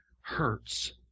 hurts